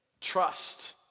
trust